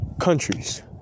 countries